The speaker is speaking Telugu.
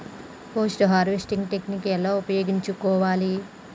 పోస్ట్ హార్వెస్టింగ్ టెక్నిక్ ఎలా ఉపయోగించుకోవాలి?